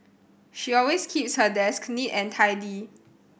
she always keeps her desk neat and tidy